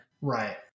Right